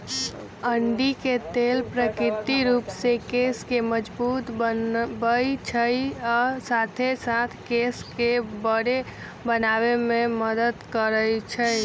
अंडी के तेल प्राकृतिक रूप से केश के मजबूत बनबई छई आ साथे साथ केश के बरो बनावे में मदद करई छई